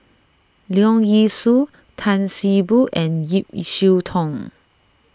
Leong Yee Soo Tan See Boo and Ip Yiu Tung